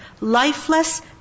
Lifeless